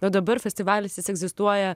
o dabar festivalis jis egzistuoja